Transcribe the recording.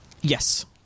Yes